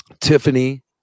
Tiffany